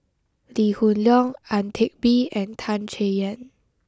Lee Hoon Leong Ang Teck Bee and Tan Chay Yan